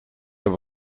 dat